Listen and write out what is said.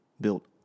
built